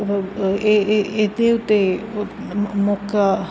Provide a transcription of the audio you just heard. ਇਹਦੇ ਉੱਤੇ ਮੌਕਾ